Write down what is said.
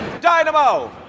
Dynamo